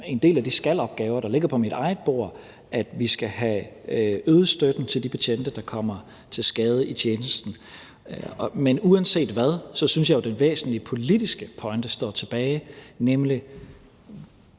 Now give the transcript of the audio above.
en del af de »skal«-opgaver, der ligger på mit eget bord, at vi skal have øget støtten til de betjente, der kommer til skade i tjenesten. Men uanset hvad synes jeg jo, den væsentlige politiske pointe står tilbage, nemlig: